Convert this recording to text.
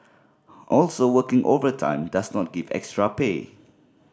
also working overtime does not give extra pay